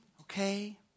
Okay